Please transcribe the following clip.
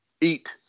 eat